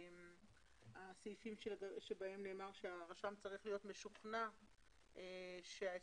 הסעיפים בהם נאמר שהרשם צריך להיות משוכנע שההסבר